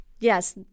Yes